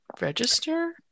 register